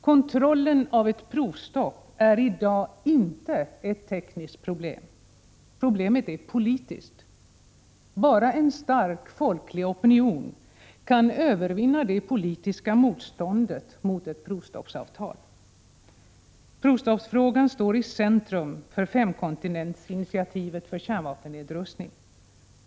Kontrollen av ett provstopp är i dag inte ett tekniskt problem. Problemet är politiskt. Bara en stark folklig opinion kan övervinna det politiska motståndet mot ett provstoppsavtal. Provstoppsfrågan står i centrum för femkontinentsinitiativet för kärnvapennedrustning.